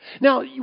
Now